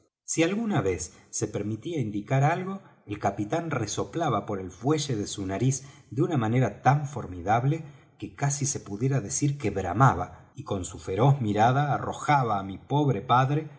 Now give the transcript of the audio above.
si alguna vez se permitía indicar algo el capitán resoplaba por el fuelle de su nariz de una manera tan formidable que casi se pudiera decir que bramaba y con su feroz mirada arrojaba á mi pobre padre